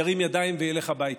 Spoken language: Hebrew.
ירים ידיים וילך הביתה,